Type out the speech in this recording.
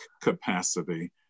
capacity